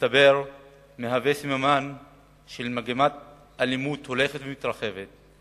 שמסתבר שהוא סממן של מגמת אלימות הולכת ומתרחבת,